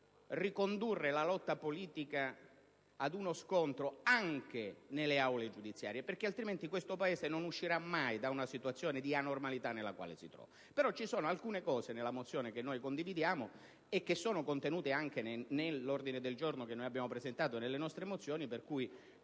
ricondurre la lotta politica ad uno scontro da tenersi anche nelle aule giudiziarie, perché altrimenti questo Paese non uscirà mai dalla situazione di anormalità in cui si trova. Ci sono comunque alcune parti della mozione che noi condividiamo e che sono contenute anche nell'ordine del giorno che abbiamo presentato e nelle nostre mozioni; per questo,